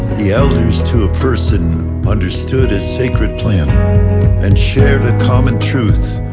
the elders to a person understood a sacred plan and shared a common truth,